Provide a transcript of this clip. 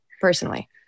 personally